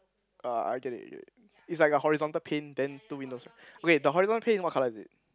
uh I get it I get it it's like a horizontal paint then two windows ah okay the horizontal paint what colour is it